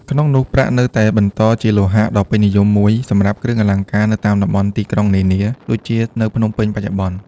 ក្នងនោះ ប្រាក់នៅតែបន្តជាលោហៈដ៏ពេញនិយមមួយសម្រាប់គ្រឿងអលង្ការនៅតាមតំបន់ទីក្រុងនានា ដូចជានៅភ្នំពេញបច្ចុប្បន្ន។